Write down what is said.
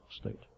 state